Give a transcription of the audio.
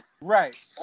Right